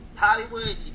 Hollywood